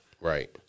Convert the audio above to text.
Right